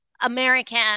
American